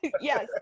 Yes